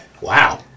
wow